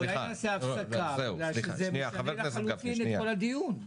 אולי נעשה הפסקה, כי זה משנה לחלוטין את כל הדיון.